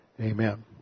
Amen